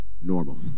normal